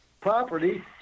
property